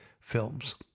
films